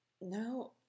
No